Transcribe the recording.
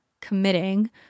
committing